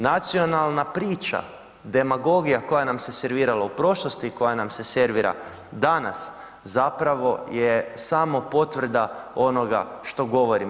Nacionalna priča, demagogija koja nam se servirala u prošlosti i koja nam se servira danas zapravo je samo potvrda onoga što govorim.